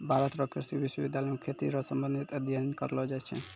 भारत रो कृषि विश्वबिद्यालय मे खेती रो संबंधित अध्ययन करलो जाय छै